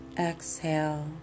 exhale